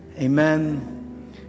amen